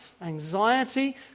anxiety